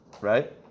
right